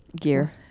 gear